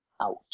out